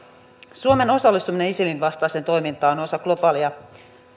suomen osallistuminen isilin vastaiseen toimintaan on osa globaalia terrorismin